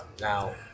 Now